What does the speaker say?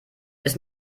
ist